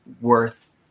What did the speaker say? worth